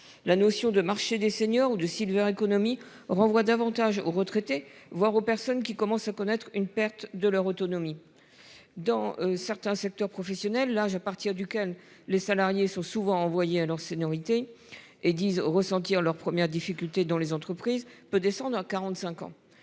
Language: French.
La notion de marché des seniors ou de Silver économie renvoie davantage aux retraités, voire aux personnes qui commence à connaître une perte de leur autonomie. Dans certains secteurs professionnels l'âge à partir duquel les salariés sont souvent envoyés alors seniorité et disent ressentir leurs premières difficultés dans les entreprises peut descendre à 45 ans,